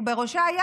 כשבראשה,